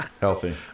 Healthy